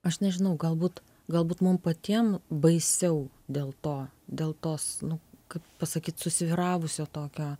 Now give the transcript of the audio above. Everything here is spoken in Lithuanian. aš nežinau galbūt galbūt mum patiem baisiau dėl to dėl tos nu kaip pasakyt susvyravusio tokio